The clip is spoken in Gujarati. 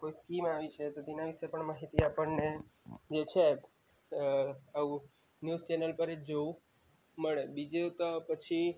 કોઈ સ્કીમ આવી છે તો તેના વિશે પણ માહિતી આપણે જે છે આવું ન્યૂઝ ચેનલ પર જોવું મળે બીજું તો પછી